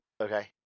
okay